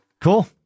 Cool